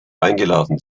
eingeladen